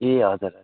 ए हजुर हजुर